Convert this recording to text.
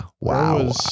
Wow